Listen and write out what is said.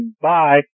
bye